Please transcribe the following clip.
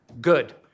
good